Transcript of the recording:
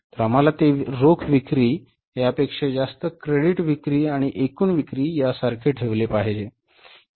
तर आम्हाला ते रोख विक्री यापेक्षा जास्त क्रेडिट विक्री आणि एकूण विक्री यासारखे ठेवले पाहिजे